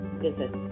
visit